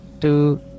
two